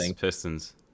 Pistons